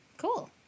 Cool